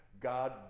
God